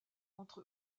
entre